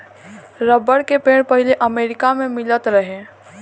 rubber के पेड़ पहिले अमेरिका मे मिलत रहे